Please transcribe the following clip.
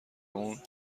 اون